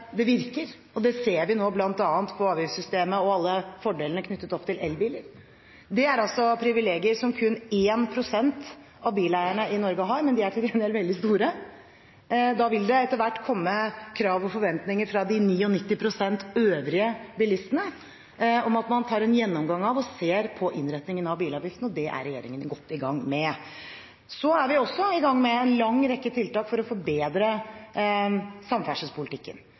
det virker. Det ser vi nå bl.a. på avgiftssystemet og alle fordelene knyttet opp til elbiler. Dette er privilegier som kun 1 pst. av bileierne i Norge har, men de er til gjengjeld veldig store. Da vil det etter hvert komme krav og forventninger fra de 99 pst. øvrige bilistene om at man tar en gjennomgang av og ser på innretningen av bilavgiftene, og det er regjeringen godt i gang med. Vi er også i gang med en lang rekke tiltak for å forbedre samferdselspolitikken.